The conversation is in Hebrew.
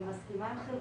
אני מסכימה עם חלקם.